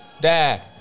Dad